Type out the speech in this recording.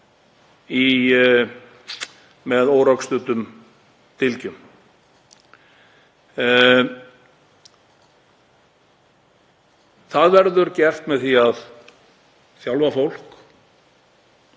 með órökstuddum dylgjum. Það verður gert með því að þjálfa fólk.